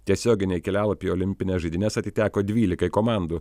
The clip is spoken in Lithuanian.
tiesioginiai kelialapį į olimpines žaidynes atiteko dvylikai komandų